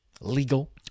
legal